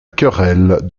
querelle